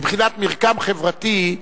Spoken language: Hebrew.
מבחינת מרקם חברתי,